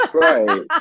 Right